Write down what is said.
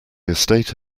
estate